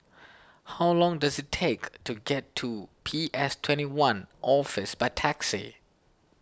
how long does it take to get to P S twenty one Office by taxi